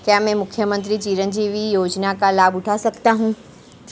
क्या मैं मुख्यमंत्री चिरंजीवी योजना का लाभ उठा सकता हूं?